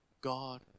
God